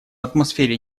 атмосфере